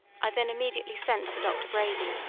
i then immediately sent for doctor brady,